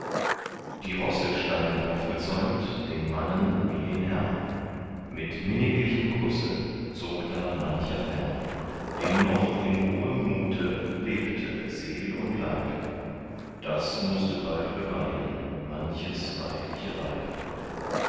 die rosse standen aufgezäumt den mannen wie den herrn mit minniglichem kusse zog da mancher fern dem noch in hohem mute lebte seel und leib daß mußte bald beweinen manches weidliche weib